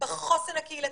בחוסן הקהילתי,